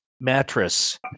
mattress